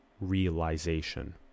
realization